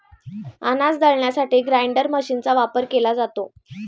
अनाज दळण्यासाठी ग्राइंडर मशीनचा वापर केला जातो